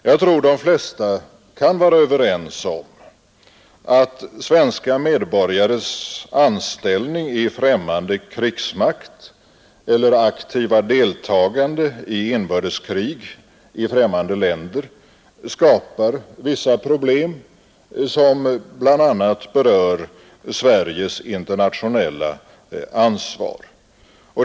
Jag tror de flesta kan vara överens om att svenska medborgares anställning i främmande krigsmakt eller aktiva deltagande i inbördeskrig i främmande länder skapar vissa problem som bl.a. berör Sveriges internationella ansvar.